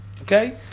okay